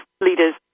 leaders